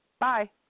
Bye